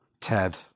Ted